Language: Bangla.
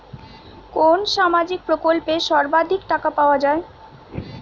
কোন সামাজিক প্রকল্পে সর্বাধিক টাকা পাওয়া য়ায়?